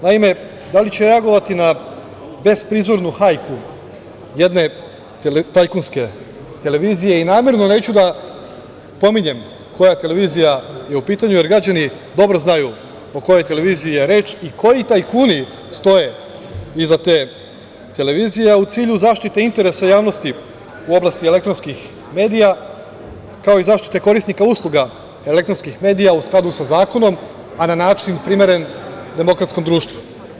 Naime, da li će reagovati na besprizornu hajku jedne tajkunske televizije i namerno neću da pominjem koja televizija je u pitanju, jer građani dobro znaju o kojoj televiziji je reč i koji tajkuni stoje iza te televizije, a u cilju zaštite interesa javnosti u oblasti elektronskih medija, kao i zaštite korisnika usluga elektronskih medija u skladu sa zakonom, a na način primeren demokratskom društvu.